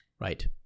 Right